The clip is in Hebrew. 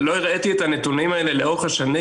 לא הראיתי את הנתונים האלה לאורך השנים,